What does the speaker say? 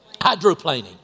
Hydroplaning